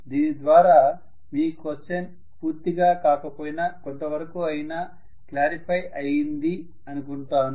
దీని ద్వారా మీ క్వశ్చన్ పూర్తిగా కాకపోయినా కొంత వరకు ఐనా క్లారిఫై అయింది అనుకుంటాను